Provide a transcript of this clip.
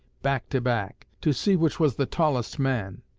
back to back, to see which was the tallest man,